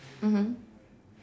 mmhmm